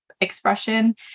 expression